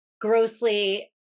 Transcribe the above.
grossly